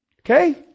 Okay